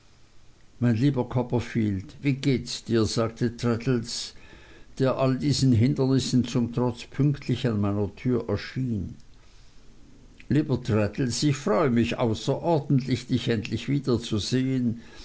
mein lieber copperfield wie gehts dir sagte traddles der allen diesen hindernissen zum trotz pünktlich in meiner tür erschien lieber traddles ich freue mich außerordentlich dich endlich wiederzusehen